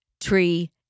tree